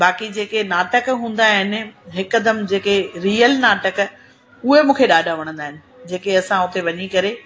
बाक़ी जेके नाटक हूंदा आहिनि हिकदमु जेके रीयल नाटक उहे मूंखे ॾाढा वणंदा आहिनि जेके असां हुते वञी करे